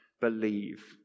believe